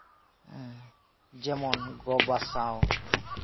ᱡᱮᱢᱚᱱ ᱜᱚ ᱵᱟᱵᱟ ᱥᱟᱶ